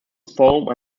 foam